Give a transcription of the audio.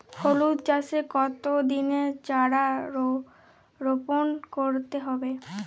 হলুদ চাষে কত দিনের চারা রোপন করতে হবে?